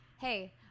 hey